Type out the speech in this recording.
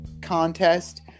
contest